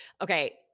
Okay